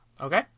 Okay